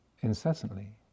incessantly